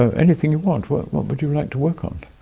ah anything you want. what what would you like to work on?